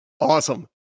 Awesome